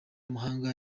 amahanga